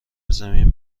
زمین